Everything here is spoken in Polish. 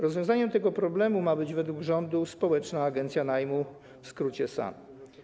Rozwiązaniem tego problemu ma być według rządu Społeczna Agencja Najmu, w skrócie SAN.